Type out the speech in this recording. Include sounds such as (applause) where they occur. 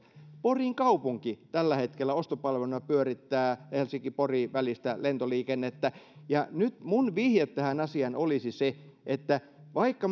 porin kaupunki tällä hetkellä pyörittää ostopalveluna helsinki pori välistä lentoliikennettä nyt minun vihjeeni tähän asiaan olisi se että vaikka (unintelligible)